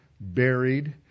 buried